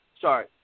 Sorry